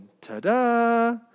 Ta-da